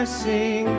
sing